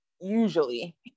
usually